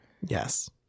Yes